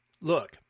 Look